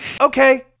Okay